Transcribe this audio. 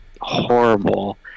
horrible